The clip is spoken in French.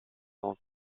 sont